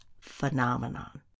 phenomenon